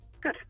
Good